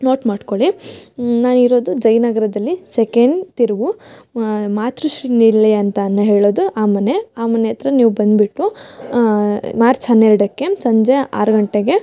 note ಮಾಡ್ಕೊಳ್ಳಿ ನಾವು ಇರೋದು ಜಯನಗರದಲ್ಲಿ ಸೆಕೆಂಡ್ ತಿರುವು ಮಾತೃಶ್ರೀ ನಿಲಯ ಅಂತ ಅನ್ ಹೇಳೋದು ಆ ಮನೆ ಆ ಮನೆ ಹತ್ರ ನೀವು ಬಂದುಬಿಟ್ಟು ಮಾರ್ಚ್ ಹನ್ನೆರಡಕ್ಕೆ ಸಂಜೆ ಆರು ಗಂಟೆಗೆ